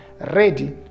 ready